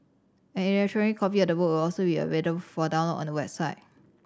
an electronic copy of the book will also be available for download on the website